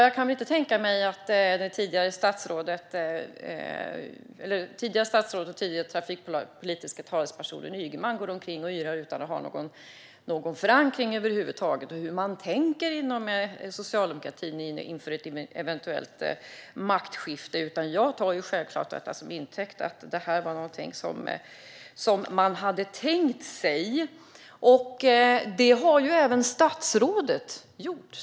Jag kan inte tänka mig att det tidigare statsrådet och den tidigare trafikpolitiska talespersonen Ygeman gick omkring och yrade utan att ha någon som helst förankring eller kännedom om hur man tänkte inom socialdemokratin inför ett eventuellt maktskifte, utan jag tar detta som intäkt för att det här var någonting som man hade tänkt sig. Det har även statsrådet gjort.